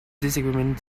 disagreement